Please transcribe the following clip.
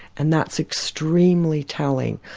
and that's extremely telling.